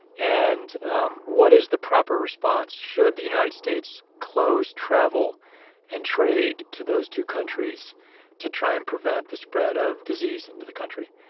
and um what is the proper response? should the united states close travel and trade to those two countries to try and prevent the spread of disease into the country?